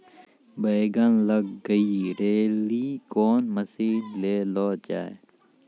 बैंगन लग गई रैली कौन मसीन ले लो जाए?